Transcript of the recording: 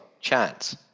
chance